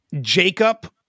Jacob